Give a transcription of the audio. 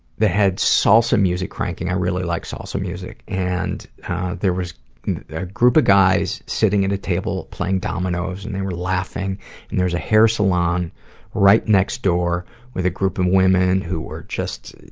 had salsa music cranking. i really like salsa music. and there was a group of guys sitting at a table playing dominos and they were laughing and there's hair salon right next door with a group of women who were just